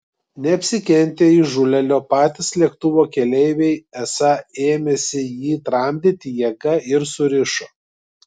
neapsikentę įžūlėlio patys lėktuvo keleiviai esą ėmėsi jį tramdyti jėga ir surišo